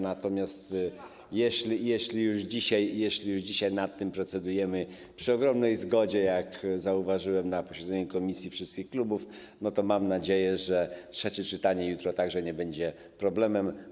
Natomiast jeśli już dzisiaj nad tym procedujemy, przy ogromnej zgodzie, jak zauważyłem na posiedzeniu komisji, wszystkich klubów, to mam nadzieję, że trzecie czytanie jutro także nie będzie problemem.